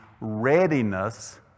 readiness